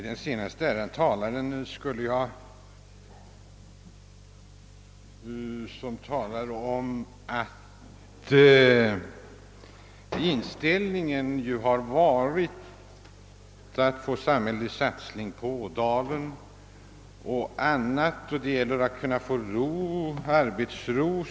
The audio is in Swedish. Herr talman! Den senaste ärade talaren sade att inställningen varit den att man skulle söka få till stånd en samhällelig satsning på Ådalen o. d. och att det nu gäller att få arbetsro.